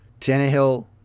Tannehill